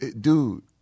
Dude